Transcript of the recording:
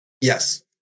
yes